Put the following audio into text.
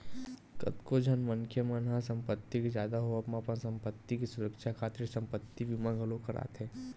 कतको झन मनखे मन ह संपत्ति के जादा होवब म अपन संपत्ति के सुरक्छा खातिर संपत्ति बीमा घलोक कराथे